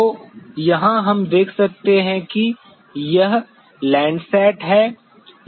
तो यहाँ हम देख सकते हैं कि यह LANDSAT है